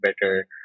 better